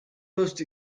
most